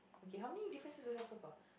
okay how many differences do we have so far